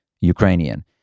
Ukrainian